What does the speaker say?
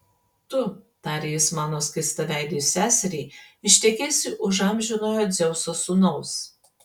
tu tarė jis mano skaistaveidei seseriai ištekėsi už amžinojo dzeuso sūnaus